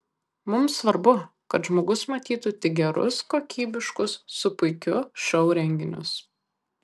mums svarbu kad žmogus matytų tik gerus kokybiškus su puikiu šou renginius